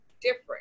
different